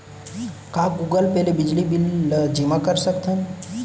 का Google Pay ले बिजली बिल ल जेमा कर सकथन?